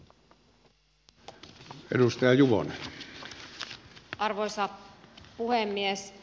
arvoisa puhemies